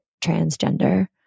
transgender